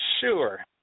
Sure